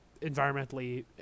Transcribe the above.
environmentally